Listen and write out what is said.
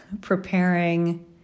preparing